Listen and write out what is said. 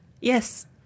Yes